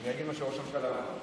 אני אגיד מה שראש הממשלה אמר.